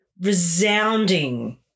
resounding